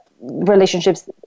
relationships